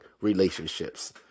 relationships